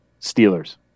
Steelers